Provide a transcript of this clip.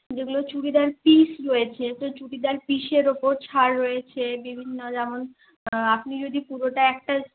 যেগুলো চুড়িদার পিস রয়েছে তো চুড়িদার পিসের উপর ছাড় রয়েছে বিভিন্ন যেমন আপনি যদি পুরোটা একটা